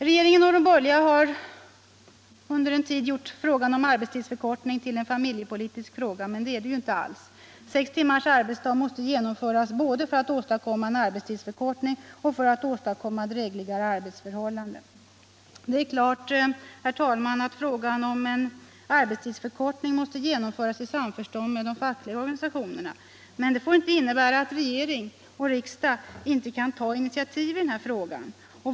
Regeringen och de borgerliga har under en tid gjort frågan om arbetstidsförkortningen till en familjepolitisk fråga, men det är den inte alls. Sex timmars arbetsdag måste genomföras både för att åstadkomma en arbetstidsförkortning och för att skapa drägligare arbetsförhållanden. Naturligtvis måste frågan om en arbetstidsförkortning genomföras i samförstånd med de fackliga organisationerna, men det får inte innebära att regeringen och riksdag inte kan ta initiativ i denna fråga.